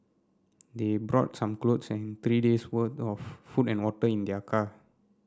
they brought some clothes and three days' worth of food and water in their car